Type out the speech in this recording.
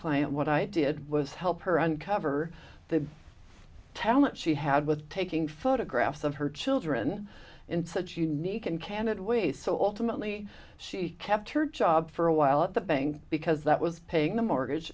client what i did was help her uncover the talent she had with taking photographs of her children in such a unique and candid way so ultimately she kept her job for a while at the bank because that was paying the mortgage